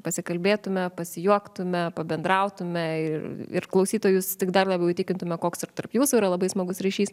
pasikalbėtume pasijuoktume pabendrautume ir ir klausytojus tik dar labiau įtikintume koks ir tarp jūsų yra labai smagus ryšys